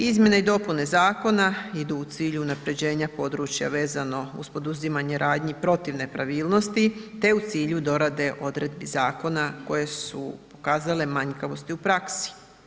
Izmjene i dopune zakona idu u cilju unaprjeđenja područja vezano uz poduzimanje radnji protiv nepravilnosti te u cilju dorade odredbi zakona koje su pokazale manjkavosti i u praksi.